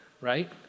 right